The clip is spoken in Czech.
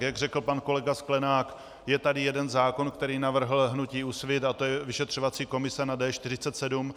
Jak řekl pan kolega Sklenák, je tady jeden zákon, který navrhlo hnutí Úsvit, a to je vyšetřovací komise na D47.